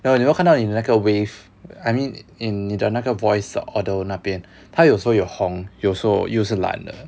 the 你有没看到你的那个 wave I mean in 你的那个 voice audio 那边他有时候有红有时候又是蓝的